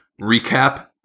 recap